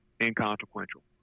inconsequential